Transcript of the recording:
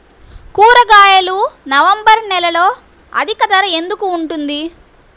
కూరగాయలు నవంబర్ నెలలో అధిక ధర ఎందుకు ఉంటుంది?